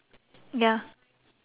ya